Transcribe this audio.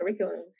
curriculums